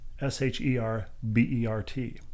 s-h-e-r-b-e-r-t